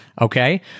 okay